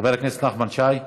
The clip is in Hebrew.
חבר הכנסת נחמן שי,